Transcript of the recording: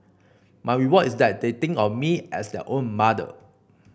my reward is that they think of me as their own mother